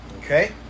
Okay